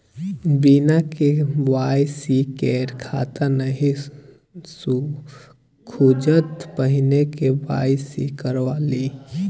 बिना के.वाई.सी केर खाता नहि खुजत, पहिने के.वाई.सी करवा लिअ